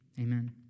amen